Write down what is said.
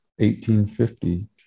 1850